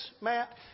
Matt